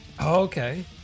Okay